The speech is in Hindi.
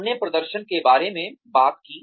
हमने प्रदर्शन के बारे में बात की